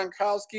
Gronkowski